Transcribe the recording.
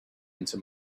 into